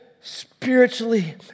spiritually